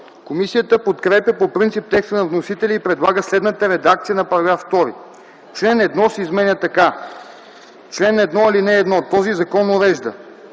комисията подкрепя по принцип текста на вносителя и предлага следната редакция на параграфа: „§ 2. Член 1 се изменя така: „Чл. 1. (1) Този закон урежда: